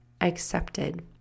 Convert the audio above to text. accepted